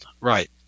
Right